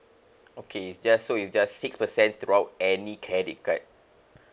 okay it's just so it's just six percent throughout any credit card